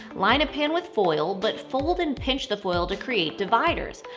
line a pan with foil but fold and pinch the foil to create dividers,